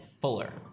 fuller